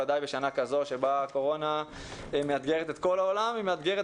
ודאי בשנה כזאת שבה הקורונה מאתגרת את כל העולם והיא מאתגרת